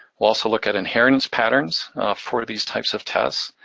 we'll also look at inheritance patterns for these types of tests,